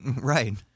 Right